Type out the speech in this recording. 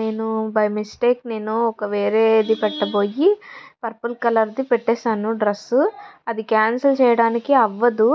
నేను by mistake నేను ఒక వేరేది పెట్టబోయి పర్పుల్ కలర్ది పెట్టాను డ్రెస్సు అది క్యాన్సెల్ చేయడానికి అవ్వదు